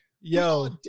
yo